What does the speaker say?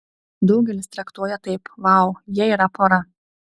daugelis traktuoja taip vau jie yra pora